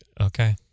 Okay